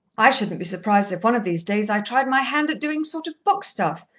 i shouldn't be surprised if one of these days i tried my hand at doing sort of book stuff.